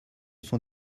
sont